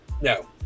No